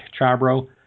Chabro